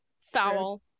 Foul